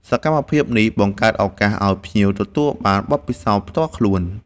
សកម្មភាពនេះបង្កើតឱកាសឲ្យភ្ញៀវទទួលបានបទពិសោធន៍ផ្ទាល់ខ្លួន